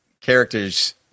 characters